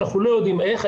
אנחנו לא יודעים איך,